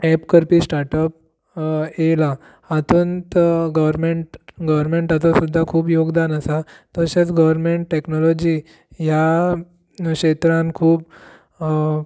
app करपी startup येयलां हातूंत गव्हरमेंट गोव्हरमेंटाचो सुद्दां खूब योगदान आसा तशेंच गव्हरमेंट टेक्नोलाॅजी ह्या क्षेत्रांत खूब